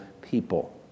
people